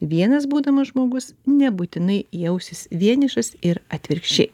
vienas būdamas žmogus nebūtinai jausis vienišas ir atvirkščiai